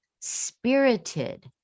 spirited